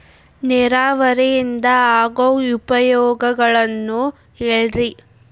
ನೇರಾವರಿಯಿಂದ ಆಗೋ ಉಪಯೋಗಗಳನ್ನು ಹೇಳ್ರಿ